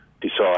decide